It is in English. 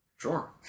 Sure